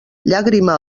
llàgrima